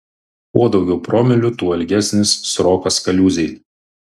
kuo daugiau promilių tuo ilgesnis srokas kaliūzėj